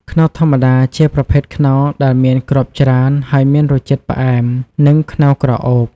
ខ្នុរធម្មតា ជាប្រភេទខ្នុរដែលមានគ្រាប់ច្រើន ហើយមានរសជាតិផ្អែម និង ខ្នុរក្រអូប។